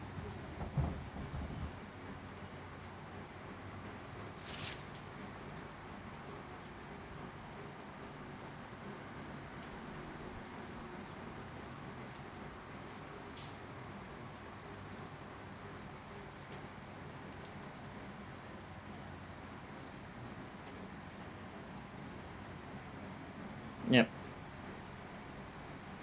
yup